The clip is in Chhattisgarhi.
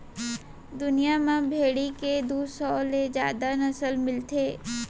दुनिया म भेड़ी के दू सौ ले जादा नसल मिलथे